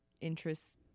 interests